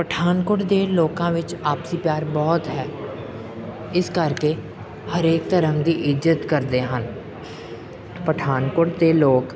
ਪਠਾਨਕੋਟ ਦੇ ਲੋਕਾਂ ਵਿੱਚ ਆਪਸੀ ਪਿਆਰ ਬਹੁਤ ਹੈ ਇਸ ਕਰਕੇ ਹਰੇਕ ਧਰਮ ਦੀ ਇੱਜਤ ਕਰਦੇ ਹਨ ਪਠਾਨਕੋਟ ਦੇ ਲੋਕ